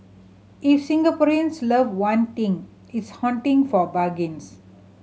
if Singaporeans love one thing it's hunting for bargains